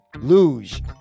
luge